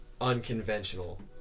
unconventional